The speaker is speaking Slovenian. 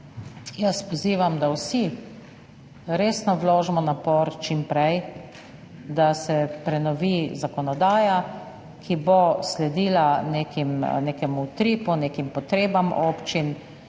res pozivam, da vsi resno vložimo napor čim prej, da se prenovi zakonodaja, ki bo sledila nekemu utripu, nekim potrebam občin,